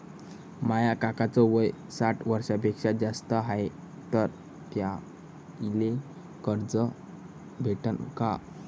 माया काकाच वय साठ वर्षांपेक्षा जास्त हाय तर त्याइले कर्ज भेटन का?